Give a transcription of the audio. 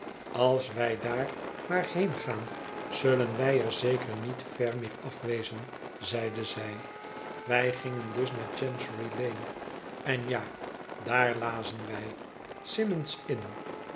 als wij daar maar heen gaan zullen wij er zeker niet ver meer afwezen zeide zij wij gingen dus naar chancery lane en ja daar lazen wij symond s inn